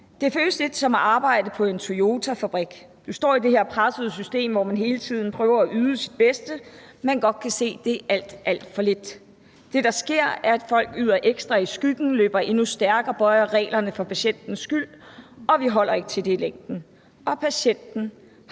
gange er som at arbejde på en Toyota-fabrik«. Og: »Du står i det her pressede system, hvor man hele tiden prøver at yde sit bedste, men man kan godt se, at det er alt, alt, alt for lidt. Det, der sker, er, at folk yder ekstra i skyggen, løber endnu stærkere og bøjer reglerne for patientens skyld, og det holder vi ikke til i længden. Og patienterne